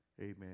Amen